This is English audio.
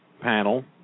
panel